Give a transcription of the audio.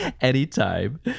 Anytime